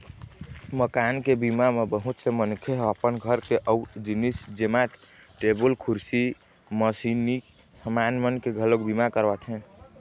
मकान के बीमा म बहुत से मनखे ह अपन घर के अउ जिनिस जेमा टेबुल, कुरसी, मसीनी समान मन के घलोक बीमा करवाथे